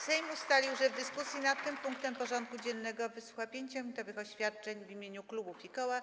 Sejm ustalił, że w dyskusji nad tym punktem porządku dziennego wysłucha 5-minutowych oświadczeń w imieniu klubów i koła.